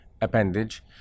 appendage